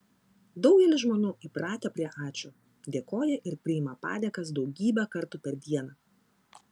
daugelis žmonių įpratę prie ačiū dėkoja ir priima padėkas daugybę kartų per dieną